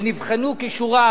ונבחנו כישוריו,